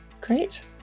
great